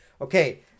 Okay